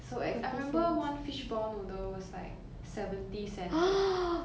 so ex I remember one fishball noodle was like seventy cents eh